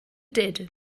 did